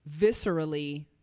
viscerally